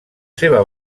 seva